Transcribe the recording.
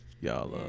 y'all